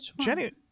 Jenny